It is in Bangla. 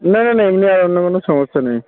না না না এমনি আর অন্য কোনো সমস্যা নেই